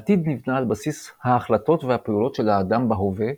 העתיד נבנה על בסיס ההחלטות והפעולות של האדם בהווה,